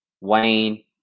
Wayne